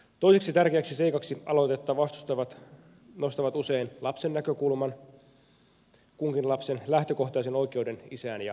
toiseksi tärkeäksi seikaksi aloitetta vastustavat nostavat usein lapsen näkökulman kunkin lapsen lähtökohtaisen oikeuden isään ja äitiin